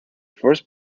first